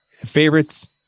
favorites